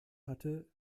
hatte